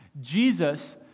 Jesus